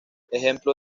ejemplo